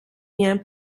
bien